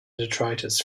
detritus